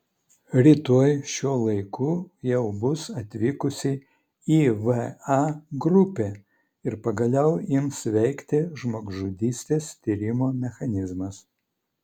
rytoj šiuo laiku jau bus atvykusi įva grupė ir pagaliau ims veikti žmogžudystės tyrimo mechanizmas